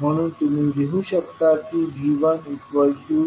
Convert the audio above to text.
म्हणून तुम्ही लिहू शकता की V1I123।।64I1